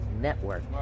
Network